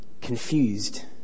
confused